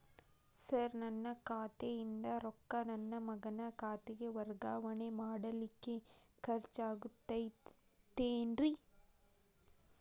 Sir ನನ್ನ ಖಾತೆಯಿಂದ ರೊಕ್ಕ ನನ್ನ ಮಗನ ಖಾತೆಗೆ ವರ್ಗಾವಣೆ ಮಾಡಲಿಕ್ಕೆ ಖರ್ಚ್ ಆಗುತ್ತೇನ್ರಿ?